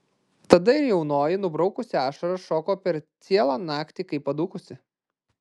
tada ir jaunoji nubraukusi ašaras šoko per cielą naktį kaip padūkusi